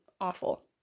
awful